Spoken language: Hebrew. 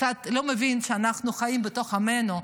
קצת לא מבין שאנחנו חיים בתוך עמנו.